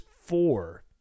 four